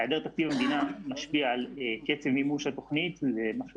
היעדר תקציב המדינה משפיע על קצב מימוש התוכנית זה משהו